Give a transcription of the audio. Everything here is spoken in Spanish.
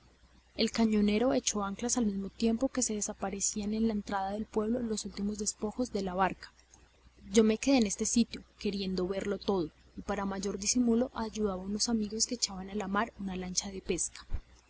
el cañonero echó anclas al mismo tiempo que desaparecían en la entrada del pueblo los últimos despojos de la barca yo me quedé en este sitio queriendo verlo todo y para mayor disimulo ayudaba a unos amigos que echaban al mar una lancha de pesca